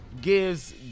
gives